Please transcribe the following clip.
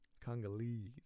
Congolese